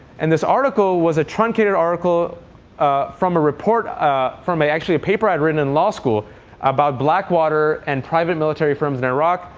and this article was a truncated article from a report ah from actually a paper i'd written in law school about blackwater and private military firms in iraq.